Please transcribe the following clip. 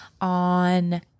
on